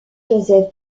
joseph